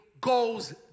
goes